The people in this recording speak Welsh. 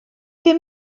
ddim